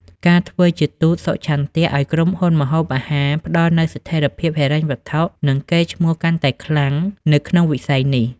ការធ្វើជាទូតសុឆន្ទៈ ឱ្យក្រុមហ៊ុនម្ហូបអាហារ ផ្តល់នូវស្ថិរភាពហិរញ្ញវត្ថុ និងកេរ្តិ៍ឈ្មោះកាន់តែខ្លាំងនៅក្នុងវិស័យនេះ។